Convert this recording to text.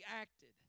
acted